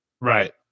Right